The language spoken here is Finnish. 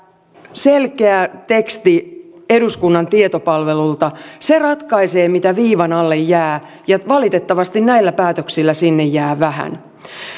selkeä teksti eduskunnan tietopalvelulta se ratkaisee mitä viivan alle jää ja valitettavasti näillä päätöksillä sinne jää vähän